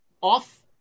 off